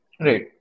Right